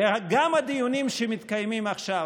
וגם הדיונים שמתקיימים עכשיו,